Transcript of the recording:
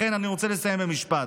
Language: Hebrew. לכן, אני רוצה לסיים במשפט.